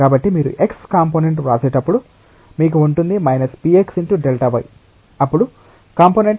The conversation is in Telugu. కాబట్టి మీరు x కంపోనెంట్ వ్రాసేటప్పుడు మీకు ఉంటుంది Px x Δy అప్పుడు కంపోనెంట్ x యొక్క డైరెక్షన్ లో ఈ p n